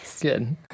good